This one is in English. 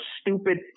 stupid